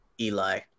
Eli